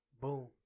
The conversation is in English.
Boom